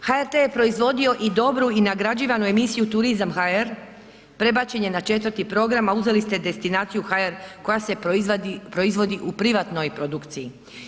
HRT je proizvodio i dobru i nagrađivanu emisiju Turizam HR, prebačen je na 4. program, a uzeli ste destinaciju HR koja je proizvodi u privatnoj produkciji.